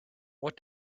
what